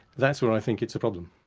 that's when i think it's a problem.